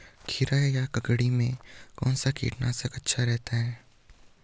खीरा या ककड़ी में कौन सा कीटनाशक अच्छा रहता है?